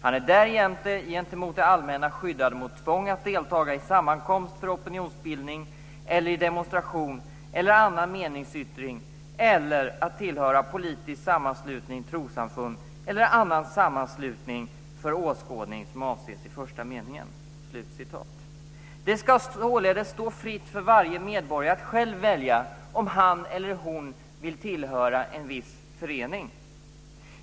Han är därjämte gentemot det allmänna skyddad mot tvång att deltaga i sammankomst för opinionsbildning eller i demonstration eller annan meningsyttring eller att tillhöra politisk sammanslutning, trossamfund eller annan sammanslutning för åskådning som avses i första meningen." Det ska således stå fritt för varje medborgare att själv välja om han eller hon vill tillhöra en viss förening.